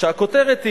כשהכותרת היא: